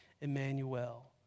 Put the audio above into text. Emmanuel